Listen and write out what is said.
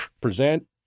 Present